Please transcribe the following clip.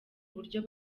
buryo